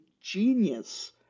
genius